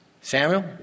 Samuel